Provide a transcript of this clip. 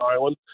Island